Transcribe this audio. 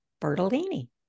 Bertolini